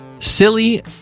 Silly